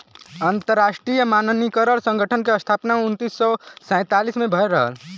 अंतरराष्ट्रीय मानकीकरण संगठन क स्थापना उन्नीस सौ सैंतालीस में भयल रहल